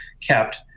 kept